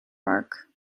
park